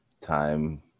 time